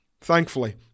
Thankfully